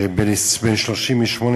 בן 38,